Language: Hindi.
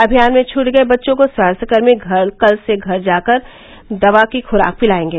अभियान में छूट गये बच्चों को स्वास्थ्यकर्मी कल से घर घर जाकर दवा की खुराक पिलायेंगे